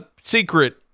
secret